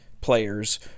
players